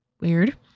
weird